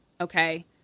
okay